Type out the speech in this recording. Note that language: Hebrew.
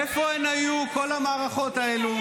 איפה הן היו, כל המערכות האלה?